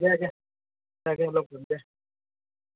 द्या द्या